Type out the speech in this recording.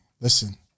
Listen